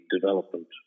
development